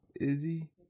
Izzy